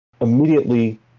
immediately